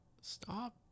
Stop